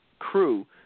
Crew